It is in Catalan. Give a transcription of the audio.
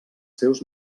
seus